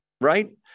right